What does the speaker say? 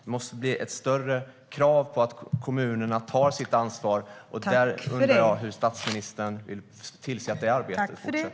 Det måste bli ett större krav på att kommunerna tar sitt ansvar, och jag undrar hur statsministern vill tillse att det arbetet fortsätter.